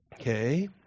Okay